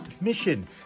mission